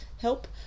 help